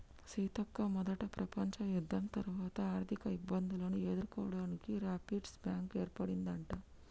సీతక్క మొదట ప్రపంచ యుద్ధం తర్వాత ఆర్థిక ఇబ్బందులను ఎదుర్కోవడానికి రాపిర్స్ బ్యాంకు ఏర్పడిందట